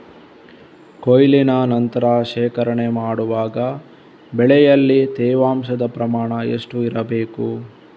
ಕೊಯ್ಲಿನ ನಂತರ ಶೇಖರಣೆ ಮಾಡುವಾಗ ಬೆಳೆಯಲ್ಲಿ ತೇವಾಂಶದ ಪ್ರಮಾಣ ಎಷ್ಟು ಇರಬೇಕು?